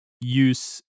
use